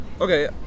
Okay